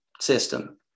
system